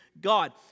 God